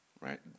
Right